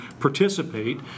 participate